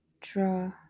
draw